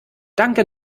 danke